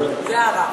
זה הרף.